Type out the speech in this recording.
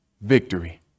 victory